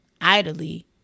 idly